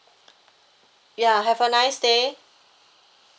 ya have a nice day